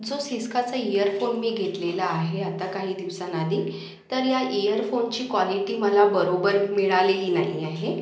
जो सिस्काचा इअरफोन मी घेतलेला आहे आता काही दिवसांआधी तर या इअरफोनची क्वालिटी मला बरोबर मिळालेली नाही आहे